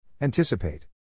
Anticipate